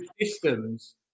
systems